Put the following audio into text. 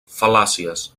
fal·làcies